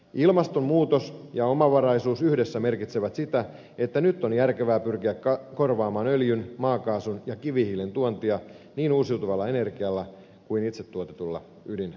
ilmastonmuutos ja omavaraisuus yhdessä merkitsevät sitä että nyt on järkevää pyrkiä korvaamaan öljyn maakaasun ja kivihiilen tuontia niin uusiutuvalla energialla kuin itse tuotetulla ydinvoimallakin